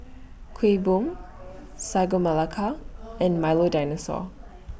Kuih Bom Sagu Melaka and Milo Dinosaur